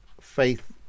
faith